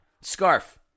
Scarf